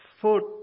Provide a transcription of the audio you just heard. foot